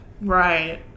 Right